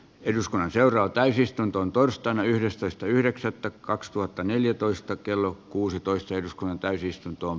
eduskunnan seuraa täysistuntoon torstaina yhdestoista yhdeksättä kaksituhattaneljätoista kello kuusitoista eduskunnan keskeytetään